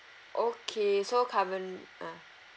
okay so current~ ah